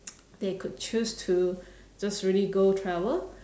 they could choose to just really go travel